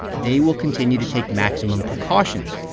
they will continue to take maximum precautions.